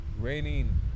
raining